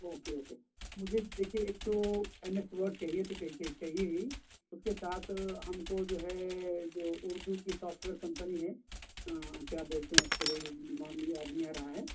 okay okay مجھے دیکھئے ایک تو ایم ایس ورڈ چاہئے تو چاہئے چاہئے ہی اس کے ساتھ ہم کو جو ہے جو اردو کی سافٹویئر کمپنی ہے کیا بولتے ہیں اس کو بھائی نام مجھے یاد نہیں آ رہا ہے